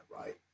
right